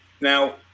Now